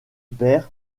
pair